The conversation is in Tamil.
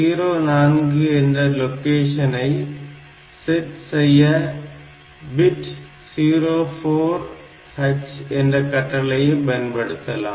04 என்ற லொகேஷனை செட் செய்ய set bit 04H என்ற கட்டளையை பயன்படுத்தலாம்